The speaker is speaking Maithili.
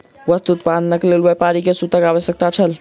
वस्त्र उत्पादनक लेल व्यापारी के सूतक आवश्यकता छल